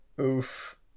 Oof